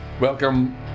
Welcome